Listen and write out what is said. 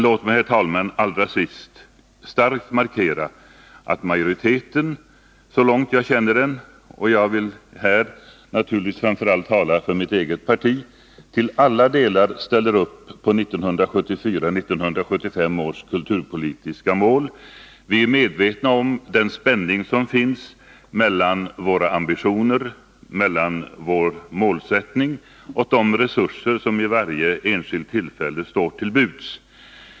Låt mig, herr talman, allra sist ändå starkt markera att majoriteten, så långt jag känner den — jag talar här naturligtvis framför allt för mitt eget parti — till alla delar ställer upp på 1974/75 års kulturpolitiska mål. Vi är medvetna om den spänning som finns mellan våra ambitioner och vår målsättning å ena sidan och de resurser som vid varje enskilt tillfälle står till buds å andra sidan.